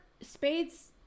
Spades